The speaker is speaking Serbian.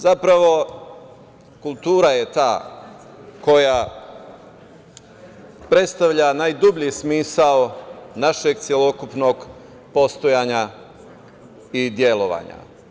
Zapravo, kultura je ta koja predstavlja najdublji smisao našeg celokupnog postojanja i delovanja.